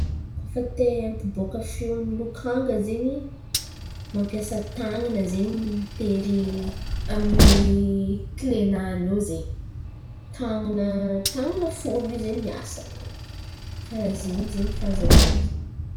Kôa fa te ampibôka feon̈y lokanga zen̈y mampiasa tàn̈ana zen̈y mitery amy ny kle n̈any io zay. Tàn̈ana, tàn̈ana folo io zen̈y miasa karà zen̈y zen̈y fahazaiko izy.